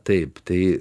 taip tai